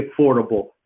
affordable